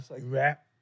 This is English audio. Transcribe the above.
rap